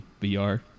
vr